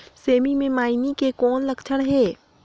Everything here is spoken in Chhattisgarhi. सेमी मे मईनी के कौन लक्षण हे?